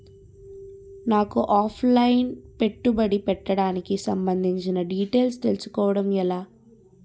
నాకు offline పెట్టుబడి పెట్టడానికి సంబందించిన డీటైల్స్ తెలుసుకోవడం ఎలా?